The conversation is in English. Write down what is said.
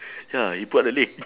ya he put up the leg